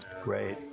Great